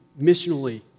missionally